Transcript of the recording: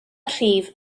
rhif